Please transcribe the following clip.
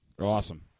Awesome